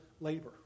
labor